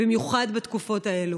במיוחד בתקופות האלה.